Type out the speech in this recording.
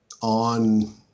on